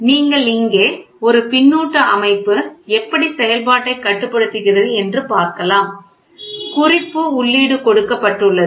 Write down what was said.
நீங்கள் இங்கே ஒரு பின்னூட்ட அமைப்பு எப்படி செயல்பாட்டை கட்டுப்படுத்துகிறது என்று பார்க்கலாம் குறிப்பு உள்ளீடு கொடுக்கப்பட்டுள்ளது